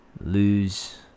lose